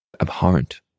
abhorrent